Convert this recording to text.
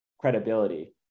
credibility